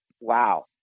wow